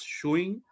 showing